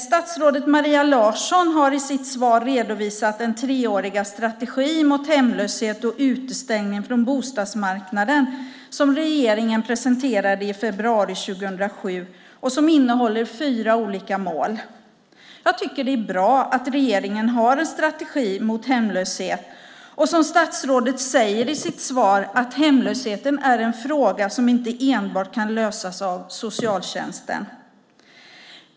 Statsrådet Maria Larsson har i sitt svar redovisat den treåriga strategin mot hemlöshet och utestängning från bostadsmarknaden, som regeringen presenterade i februari 2007 och som innehåller fyra olika mål. Jag tycker att det är bra att regeringen har en strategi mot hemlöshet. Och som statsrådet säger i sitt svar är hemlösheten en fråga som inte enbart kan lösas av socialtjänsten.